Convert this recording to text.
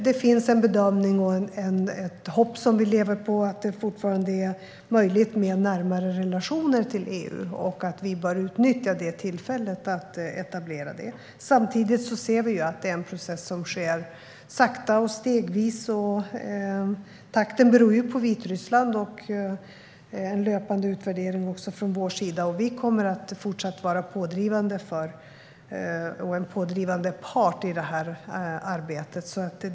Det finns en bedömning och ett hopp som vi lever på, att det fortfarande är möjligt med närmare relationer till EU och att vi bör utnyttja tillfället att etablera det. Samtidigt ser vi att det är en process som sker långsamt och stegvis, och takten beror på Vitryssland. Vi gör fortlöpande utvärderingar och kommer att fortsätta att vara en pådrivande part i det här arbetet.